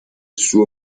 suo